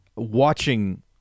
watching